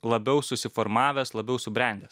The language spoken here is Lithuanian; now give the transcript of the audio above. labiau susiformavęs labiau subrendęs